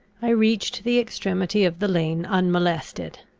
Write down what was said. i reached the extremity of the lane unmolested.